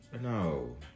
No